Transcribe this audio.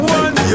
one